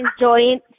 enjoying